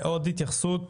עוד התייחסות,